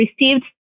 received